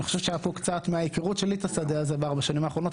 אני חושב שהיה פה קצת מההיכרות שלי את הסדר הזה בארבע שנים האחרונות,